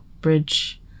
bridge